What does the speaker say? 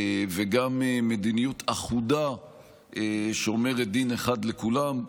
וגם מדיניות אחודה שאומרת: דין אחד לכולם.